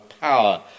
power